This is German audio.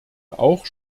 auch